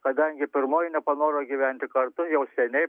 kadangi pirmoji nepanoro gyventi kartu jau seniai